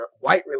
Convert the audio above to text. white